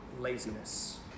laziness